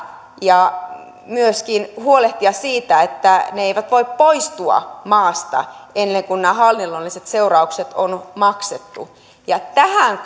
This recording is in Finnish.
ja myöskin huolehtia siitä että maasta ei voi poistua ennen kuin nämä hallinnolliset seuraukset on maksettu ja tähän